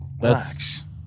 Relax